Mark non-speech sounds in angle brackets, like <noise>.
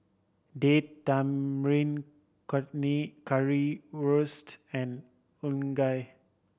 Date Tamarind Chutney Currywurst and <unintelligible>